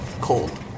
Cold